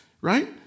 right